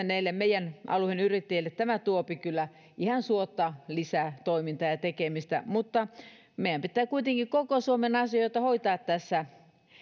näille meidän alueen yrittäjille tämä tuopi kyllä ihan suotta lisää toimintaa ja ja tekemistä mutta meidän pitää kuitenkin koko suomen asioita hoitaa tässä